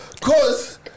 cause